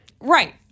Right